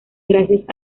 gracias